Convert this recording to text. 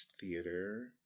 theater